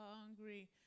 hungry